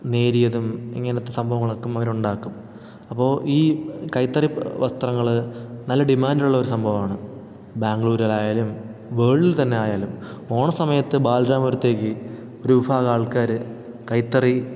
നേരിയതും ഇങ്ങനത്തെ സംഭവങ്ങൾ ഒക്കെ അവർ ഉണ്ടാക്കും അപ്പോൾ ഈ കൈത്തറി വസ്ത്രങ്ങൾ നല്ല ഡിമാൻ്റ് ഉള്ള ഒരു സംഭവമാണ് ബാംഗ്ലൂരിലായാലും വേൾഡിൽ തന്നെ ആയാലും ഓണ സമയത്ത് ബാലരാമപുരത്തേക്ക് ഒരു വിഭാഗം ആൾക്കാർ കൈത്തറി